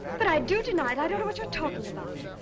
but i do deny it. i don't know what you're talking about.